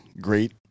great